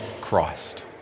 Christ